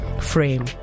frame